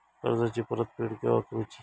कर्जाची परत फेड केव्हा करुची?